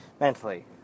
mentally